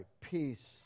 peace